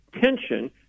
tension